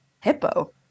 Hippo